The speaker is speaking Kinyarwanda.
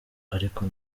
ariko